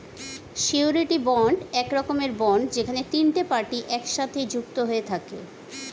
surety bond এক রকমের bond যেখানে তিনটে পার্টি একসাথে যুক্ত হয়ে থাকে